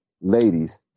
Ladies